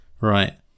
right